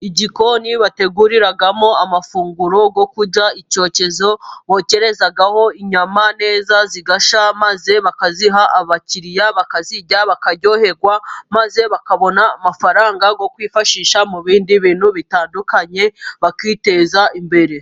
Igikoni bateguriramo amafunguro yo kurya, icyokezo bokerezaho inyama neza zigashya, maze bakaziha abakiriya bakazirya, bakaryoherwa. Maze bakabona amafaranga yo kwifashisha mu bindi bintu bitandukanye bakiteza imbere.